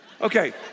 Okay